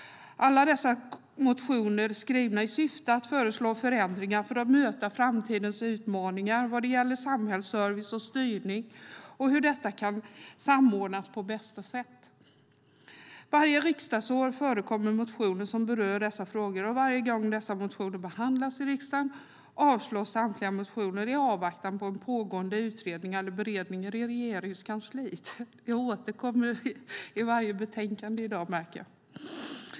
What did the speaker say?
Alla dessa motioner är skrivna i syfte att föreslå förändringar för att möta framtidens utmaningar vad gäller samhällsservice och styrning och hur detta kan samordnas på bästa sätt. Varje riksdagsår förekommer motioner som berör dessa frågor, och varje gång dessa motioner behandlas i riksdagen avslås samtliga motioner i avvaktan på en pågående utredning eller beredning i Regeringskansliet. Det återkommer i varje betänkande i dag, märker jag.